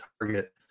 target